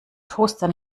toaster